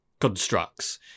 constructs